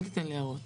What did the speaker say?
אל תיתן לי הערות.